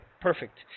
perfect